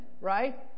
right